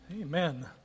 Amen